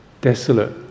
desolate